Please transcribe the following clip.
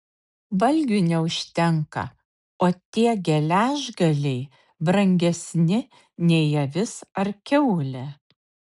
valgiui neužtenka o tie geležgaliai brangesni nei avis ar kiaulė